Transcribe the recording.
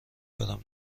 برم